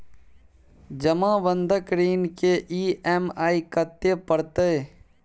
जमा बंधक ऋण के ई.एम.आई कत्ते परतै?